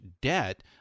debt